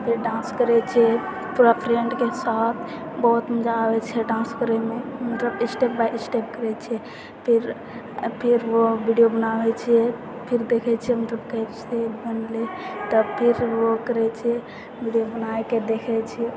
फेर डान्स करै छिए पूरा फ्रेन्डके साथ बहुत मजा आबै छै डान्स करैमे हमसब स्टेप बाय स्टेप करै छिए फेर ओ वीडियो बनाबै छिए फेर देखै छिए हमसब कइसे बनलै तब फेर ओ करै छिए वीडियो बनाकऽ देखै छिए